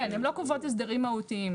כן, הן לא קובעות הסדרים מהותיים.